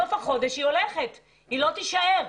בסוף החודש היא הולכת והיא לא תישאר.